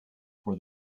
for